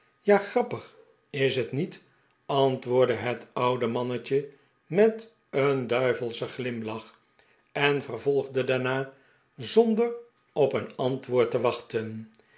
ja grappig is het niet antwoordde het oude mannetje met een duivelschen glimlach en vervolgde daarna zonder op een antwoord te wachten